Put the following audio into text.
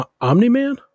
Omni-Man